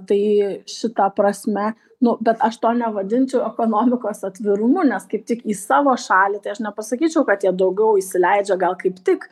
tai šita prasme nu bet aš to nevadinčiau ekonomikos atvirumu nes kaip tik į savo šalį tai aš nepasakyčiau kad jie daugiau įsileidžia gal kaip tik